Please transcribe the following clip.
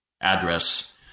address